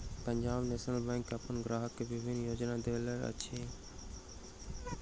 Punjab National Bank अपन ग्राहक के विभिन्न योजना दैत अछि